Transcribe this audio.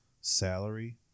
Salary